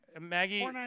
maggie